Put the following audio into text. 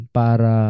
para